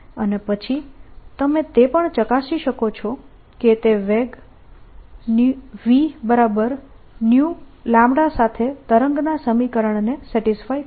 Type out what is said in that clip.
અને પછી તમે તે પણ ચકાસી શકો છો કે તે વેગ v સાથે તરંગના સમીકરણને સેટીસ્ફાય કરે છે